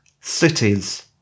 Cities